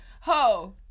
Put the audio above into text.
Ho